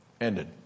ended